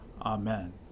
Amen